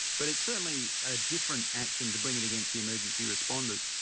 but it's certainly a different action to bring it against the emergency responders.